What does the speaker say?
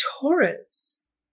Taurus